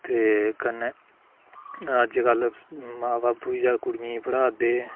ते कन्नै अज कल मां बब्ब बी जेह्ड़े कुड़ियें ई पढ़ा दे